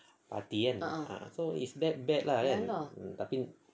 party kan so it's that bad lah kan tapi